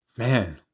Man